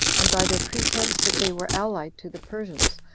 and by their pretense that they were allied to the persians,